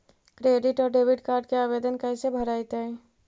Credit और debit card के आवेदन कैसे भरैतैय?